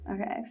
Okay